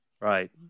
Right